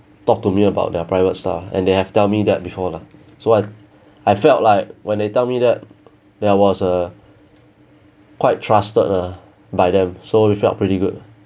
talk to me about their private stuff and they have tell me that before lah so I I felt like when they tell me that that was a quite trusted lah by them so it felt pretty good